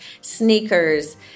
sneakers